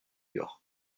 york